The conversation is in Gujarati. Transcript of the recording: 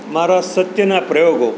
મારા સત્યના પ્રયોગો